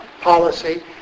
policy